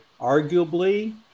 arguably